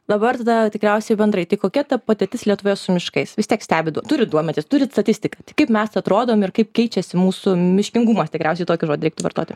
dabar tada tikriausiai bendrai tai kokia ta padėtis lietuvoje su miškais vis tiek stebit turit duomenis turit statistiką tai kaip mes atrodom ir kaip keičiasi mūsų miškingumas tikriausiai tokį žodį reiktų vartoti